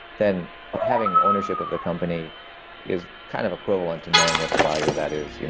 then having ownership of the company is kind of equivalent to knowing what the value of that is,